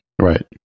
right